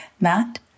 Matt